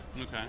Okay